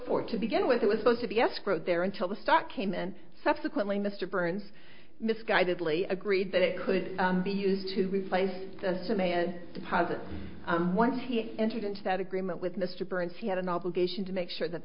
for to begin with it was supposed to be escrow there until the stock came and subsequently mr burns misguidedly agreed that it could be used to replace the sun and deposit when he entered into that agreement with mr burns he had an obligation to make sure that